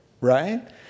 right